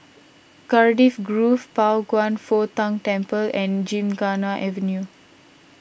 Cardiff Grove Pao Kwan Foh Tang Temple and Gymkhana Avenue